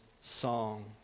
song